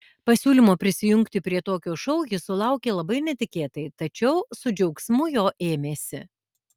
pasiūlymo prisijungti prie tokio šou jis sulaukė labai netikėtai tačiau su džiaugsmu jo ėmėsi